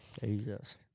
Jesus